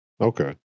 Okay